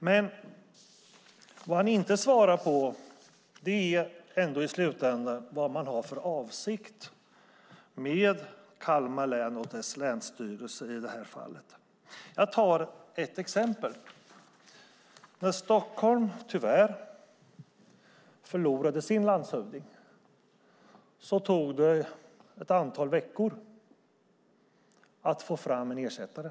Men vad han inte svarar på är vad man i slutändan har för avsikt med Kalmar län och dess länsstyrelse i detta fall. Jag kan ta ett exempel. När Stockholm tyvärr förlorade sin landshövding tog det ett antal veckor att få fram en ersättare.